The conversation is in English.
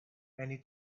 many